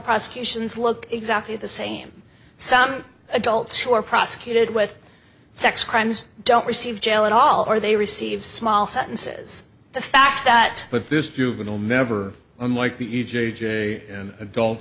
prosecutions look exactly the same some adults who are prosecuted with sex crimes don't receive jail at all or they receive small sentences the fact that but this juvenile never